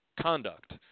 conduct